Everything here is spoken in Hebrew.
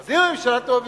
אז אם הממשלה תבוא ותגיד: